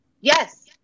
Yes